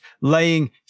laying